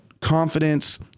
confidence